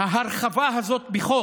ההרחבה הזאת בחוק